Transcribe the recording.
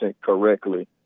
correctly